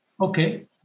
Okay